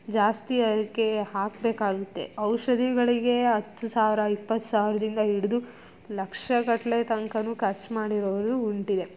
ಜಾಸ್ತಿ ಅದಕ್ಕೆ ಹಾಕಬೇಕಾಗುತ್ತೆ ಔಷಧಿಗಳಿಗೆ ಹತ್ತು ಸಾವಿರ ಇಪ್ಪತ್ತು ಸಾವಿರದಿಂದ ಹಿಡಿದು ಲಕ್ಷಗಟ್ಟಲೆ ತನಕನೂ ಖರ್ಚು ಮಾಡಿರೋವ್ರು ಉಂಟಿದೆ